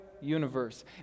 universe